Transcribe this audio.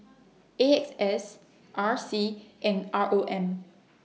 A X S R C and R O M